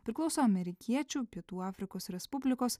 priklauso amerikiečių pietų afrikos respublikos